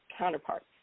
counterparts